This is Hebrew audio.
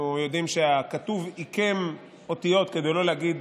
אנחנו יודעים שהכתוב עיקם אותיות כדי לא להגיד: